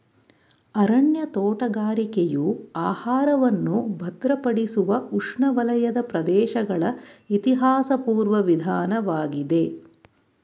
ಅರಣ್ಯ ತೋಟಗಾರಿಕೆಯು ಆಹಾರವನ್ನು ಭದ್ರಪಡಿಸುವ ಉಷ್ಣವಲಯದ ಪ್ರದೇಶಗಳ ಇತಿಹಾಸಪೂರ್ವ ವಿಧಾನವಾಗಿದೆ